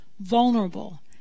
vulnerable